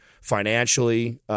financially